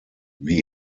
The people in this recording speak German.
wie